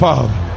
Father